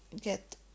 get